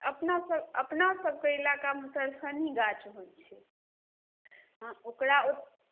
अपना सब अपना सबके इलाकामे सर शनि गाछ होइ छै हँ ओकरा ओ